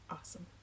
Awesome